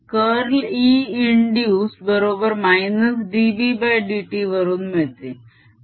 हे curl E induced बरोबर -dBdt वरून मिळते